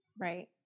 Right